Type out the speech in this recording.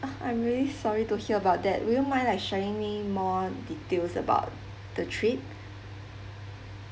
uh I'm really sorry to hear about that will mind like sharing me more details about the trip